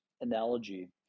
analogy